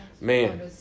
Man